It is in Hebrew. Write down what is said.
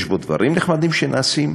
יש בו דברים נחמדים שנעשים,